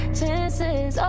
chances